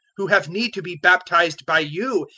who have need to be baptized by you,